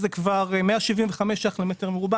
היא 175 ₪ למטר מרובע.